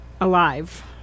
alive